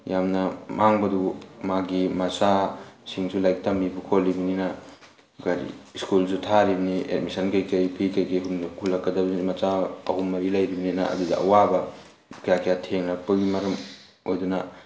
ꯌꯥꯝꯅ ꯃꯥꯡꯕꯗꯨ ꯃꯥꯒꯤ ꯃꯆꯥꯁꯤꯡꯁꯨ ꯂꯥꯏꯔꯤꯛ ꯇꯝꯃꯤꯕ ꯈꯣꯠꯂꯤꯕꯅꯤꯅ ꯀꯔꯤ ꯁ꯭ꯀꯨꯜꯁꯨ ꯊꯥꯔꯤꯕꯅꯤ ꯑꯦꯗꯃꯤꯁꯟ ꯀꯩꯀꯩ ꯐꯤ ꯀꯩꯀꯩ ꯍꯨꯜꯂꯛꯀꯗꯕꯅꯤ ꯃꯆꯥ ꯑꯍꯨꯝ ꯃꯔꯤ ꯂꯩꯕꯅꯤꯅ ꯑꯗꯨꯒꯤ ꯑꯋꯥꯕ ꯀꯌꯥ ꯀꯌꯥ ꯊꯦꯡꯅꯔꯛꯄꯒꯤ ꯃꯔꯝ ꯑꯣꯏꯗꯨꯅ